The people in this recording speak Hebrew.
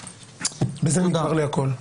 בזה נגמר לי הקול.